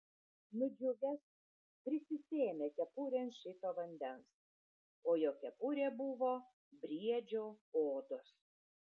nudžiugęs prisisėmė kepurėn šito vandens o jo kepurė buvo briedžio odos